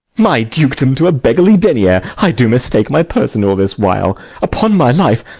my dukedom to a beggarly denier, i do mistake my person all this while upon my life,